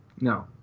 No